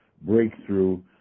breakthrough